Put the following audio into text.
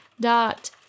dot